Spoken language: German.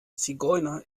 zigeuner